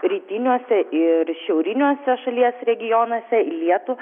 rytiniuose ir šiauriniuose šalies regionuose į lietų